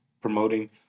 promoting